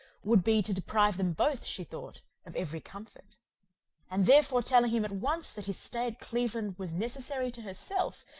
would be to deprive them both, she thought, of every comfort and therefore telling him at once that his stay at cleveland was necessary to herself,